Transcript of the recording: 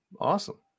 Awesome